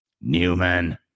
Newman